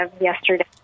yesterday